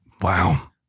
Wow